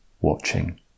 watching